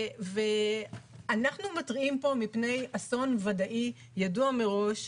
אנחנו מתריעים פה מפני אסון ודאי, ידוע מראש.